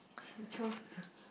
you chose the